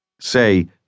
Say